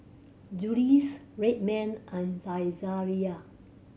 Julie's Red Man and Saizeriya